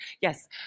Yes